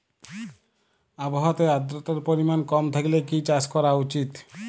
আবহাওয়াতে আদ্রতার পরিমাণ কম থাকলে কি চাষ করা উচিৎ?